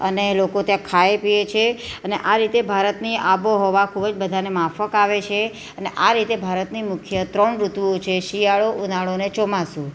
અને લોકો ત્યાં ખાય પીએ છે અને આ રીતે ભારતની આબોહવા ખૂબ જ બધાંને માફક આવે છે અને આ રીતે ભારતની મુખ્ય ત્રણ ઋતુઓ છે શિયાળો ઉનાળો અને ચોમાસું